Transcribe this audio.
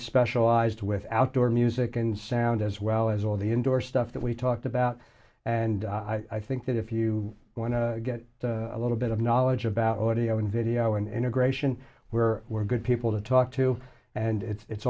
specialized with outdoor music and sound as well as all the indoor stuff that we talked about and i think that if you want to get a little bit of knowledge about rodeoing video and integration where we're good people to talk to and it's